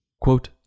Quote